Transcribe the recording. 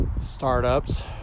startups